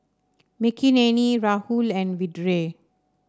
Makineni Rahul and Vedre